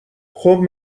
خوب